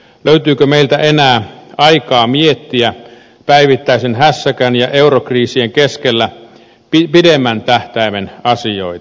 löytyykö meiltä enää aikaa miettiä päivittäisen hässäkän ja eurokriisien keskellä pidemmän tähtäimen asioita